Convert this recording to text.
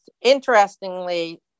interestingly